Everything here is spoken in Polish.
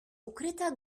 ukryta